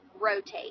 rotate